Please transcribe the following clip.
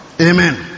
Amen